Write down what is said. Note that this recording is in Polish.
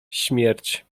śmierć